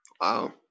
Wow